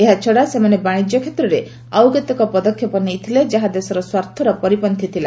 ଏହାଛଡ଼ା ସେମାନେ ବାଣିଜ୍ୟ କ୍ଷେତ୍ରରେ ଆଉ କେତେକ ପଦକ୍ଷେପ ନେଇଥିଲେ ଯାହା ଦେଶର ସ୍ୱାର୍ଥର ପରିପନ୍ତ୍ରୀ ଥିଲା